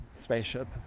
spaceship